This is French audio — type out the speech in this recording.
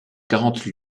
quarante